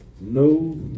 No